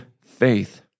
faith